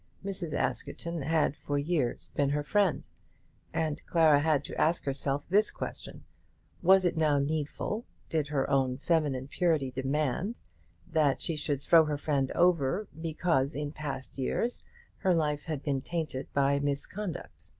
mrs. askerton had for years been her friend and clara had to ask herself this question was it now needful did her own feminine purity demand that she should throw her friend over because in past years her life had been tainted by misconduct.